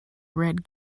red